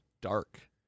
Dark